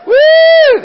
Woo